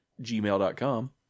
gmail.com